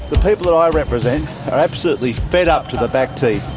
the people that i represent are absolutely fed up to the back teeth.